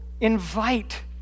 invite